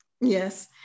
Yes